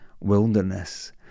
wilderness